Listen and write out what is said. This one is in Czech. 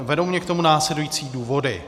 Vedou mě k tomu následující důvody.